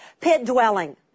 pit-dwelling